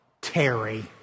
Terry